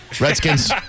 Redskins